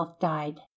died